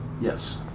Yes